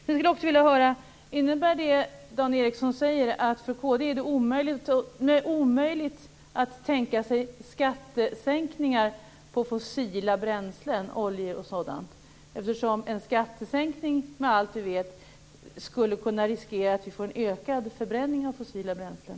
Jag skulle också vilja höra: Innebär det som Dan Ericsson säger att det är omöjligt för kd att tänka sig skattesänkningar på fossila bränslen - oljor och sådant - eftersom en skattesänkning med allt vi vet skulle kunna riskera att vi får en ökad förbränning av fossila bränslen?